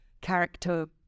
character